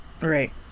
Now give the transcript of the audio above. right